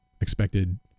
expected